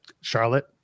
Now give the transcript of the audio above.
Charlotte